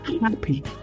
happy